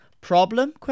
Problem